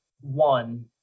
one